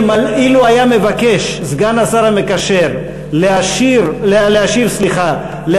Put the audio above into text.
אילו היה מבקש סגן השר המקשר להשיב על הצעות